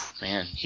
Man